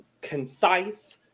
concise